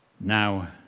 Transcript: Now